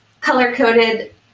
color-coded